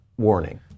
warning